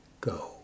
go